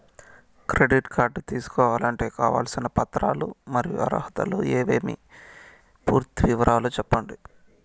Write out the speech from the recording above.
Credit card తీసుకోవాలంటే కావాల్సిన పత్రాలు మరియు అర్హతలు ఏమేమి పూర్తి వివరాలు సెప్పండి?